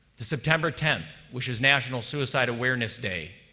to september tenth, which is national suicide awareness day,